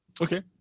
Okay